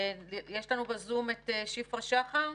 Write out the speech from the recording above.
יש לנו בזום את שפרה שחר.